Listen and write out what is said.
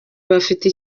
bafite